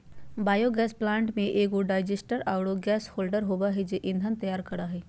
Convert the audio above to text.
biogas plant में एगो digester आरो गैस होल्डर होबा है जे ईंधन तैयार करा हइ